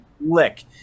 lick